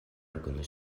органу